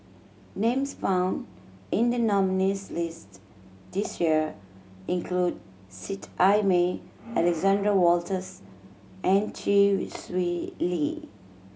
names found in the nominees' list this year include Seet Ai Mee Alexander Wolters and Chee Swee Lee